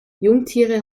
jungtiere